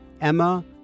Emma